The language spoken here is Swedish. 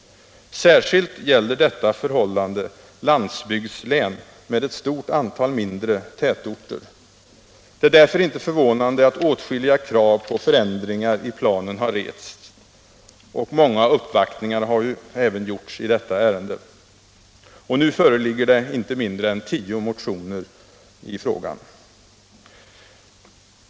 Särskilt gäller detta förhållande landsbygdslän med ett stort antal mindre tätorter. Det är därför inte förvånande att åtskilliga krav på förändringar i planen har rests. Många uppvaktningar har även gjorts i detta ärende. Nu föreligger inte mindre än tio motioner i frågan.